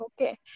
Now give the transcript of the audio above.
Okay